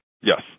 yes